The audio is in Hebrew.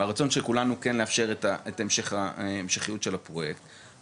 והרצון של כולנו כן לאפשר את המשך המשכיות של הפרויקט.